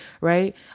right